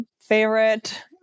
favorite